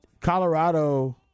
Colorado